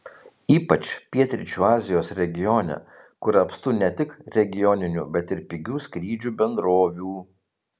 ypač pietryčių azijos regione kur apstu ne tik regioninių bet ir pigių skrydžių bendrovių